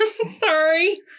Sorry